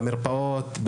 במרפאות,